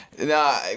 No